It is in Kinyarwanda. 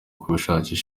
kubishakira